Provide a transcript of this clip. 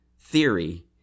theory